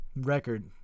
record